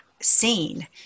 seen